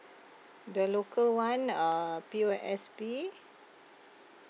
the local one uh P_O_S_B